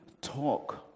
talk